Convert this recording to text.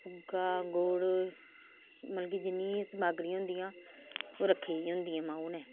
भुग्गा गुड़ मतलब कि जिन्नी समग्री होंदी ना ओह् रक्खी दी होंदी मांऊ ने